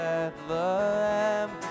Bethlehem